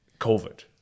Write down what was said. COVID